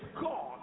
God